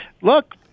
look